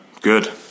good